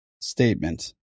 statement